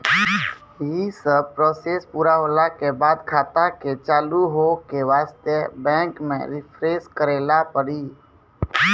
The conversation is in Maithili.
यी सब प्रोसेस पुरा होला के बाद खाता के चालू हो के वास्ते बैंक मे रिफ्रेश करैला पड़ी?